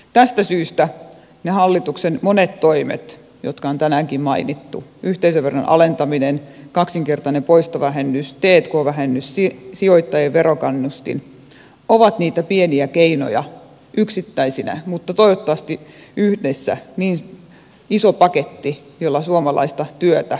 tästä syystä ne hallituksen monet toimet jotka on tänäänkin mainittu yhteisöverojen alentaminen kaksinkertainen poistovähennys t k vähennys sijoittajien verokannustin ovat niitä pieniä keinoja yksittäisinä mutta toivottavasti yhdessä iso paketti jolla suomalaista työtä saadaan lisää